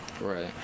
Right